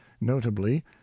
notably